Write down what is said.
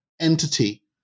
entity